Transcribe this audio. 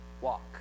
walk